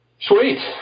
Sweet